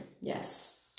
Yes